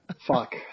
Fuck